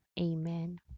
Amen